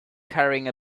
carrying